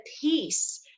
peace